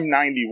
M91